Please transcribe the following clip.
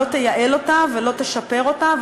ולא תייעל אותה ולא תשפר אותה,